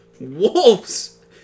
Wolves